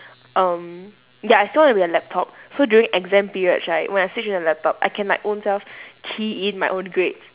um ya so I want to be a laptop so during exam periods right when I switch into a laptop I can like ownself key in my own grades